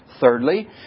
thirdly